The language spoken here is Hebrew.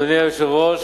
אדוני היושב-ראש,